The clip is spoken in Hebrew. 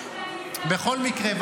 --- בכל מקרה,